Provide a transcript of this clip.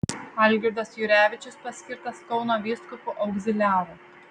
algirdas jurevičius paskirtas kauno vyskupu augziliaru